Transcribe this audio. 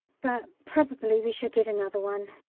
but probably we shall get another one.